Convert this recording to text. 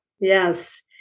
Yes